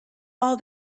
all